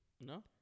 No